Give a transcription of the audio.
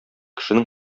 кешенең